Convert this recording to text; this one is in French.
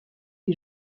est